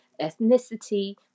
ethnicity